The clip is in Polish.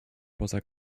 poza